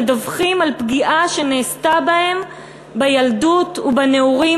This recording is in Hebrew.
מדווחים על פגיעה שנעשתה בהם בילדות ובנעורים,